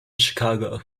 chicago